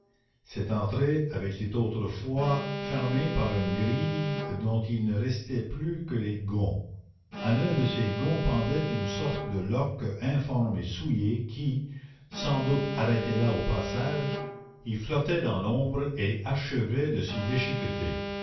cette entrée avait été autrefois fermée par une grille dont il ne restait plus que les gonds à l'un de ces gonds pendait une sorte de loque informe et souillée qui sans doute arrêtée là au passage y flottait dans l'ombre et achevait de s'y déchiqueter